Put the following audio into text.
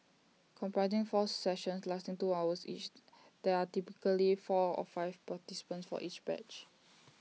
comprising four sessions lasting two hours each there are typically four or five participants for each batch